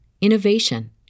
innovation